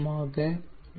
M ஆக வைப்பேன்